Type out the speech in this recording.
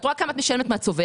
את רואה כמה את משלמת מהצוברת,